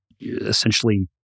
essentially